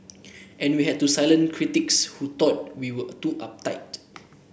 and we had to silence critics who thought we were too uptight